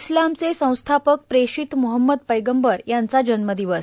इस्लामचे संस्थापक प्रेशित महंमद पैगंबर यांचा जन्मदिवस